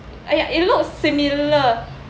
ya it looks similar